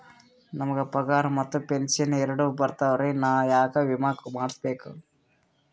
ನಮ್ ಗ ಪಗಾರ ಮತ್ತ ಪೆಂಶನ್ ಎರಡೂ ಬರ್ತಾವರಿ, ನಾ ಯಾಕ ವಿಮಾ ಮಾಡಸ್ಬೇಕ?